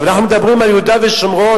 אנחנו מדברים על יהודה ושומרון,